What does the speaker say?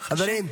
חברים,